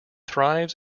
thrives